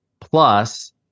plus